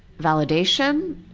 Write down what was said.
validation,